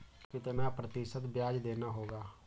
कितना प्रतिशत ब्याज देना होगा?